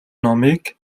номыг